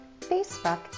Facebook